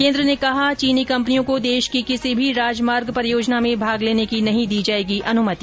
केन्द्र ने कहा चीनी कम्पनियों को देश की किसी भी राजमार्ग परियोजना में भाग लेने की नहीं दी जायेगी अनुमति